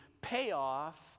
payoff